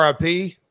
RIP